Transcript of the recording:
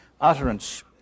utterance